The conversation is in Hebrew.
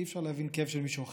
אי-אפשר להבין כאב של מישהו אחר,